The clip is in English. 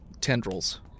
tendrils